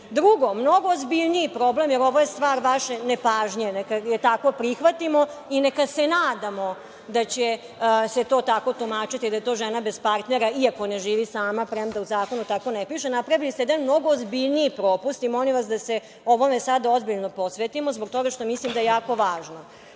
decu. Drugo, mnogo ozbiljniji problem, jer ovo je stvar vaše nepažnje, neka je tako prihvatimo, i neka se nadamo da će se to tako tumačiti da je to žena bez partnera, iako ne živi sama, premda u zakonu tako ne piše. Napravio se jedan mnogo ozbiljniji propust i molim vas da se ovome sada ozbiljno posvetimo, zbog toga što mislim da je jako važno.U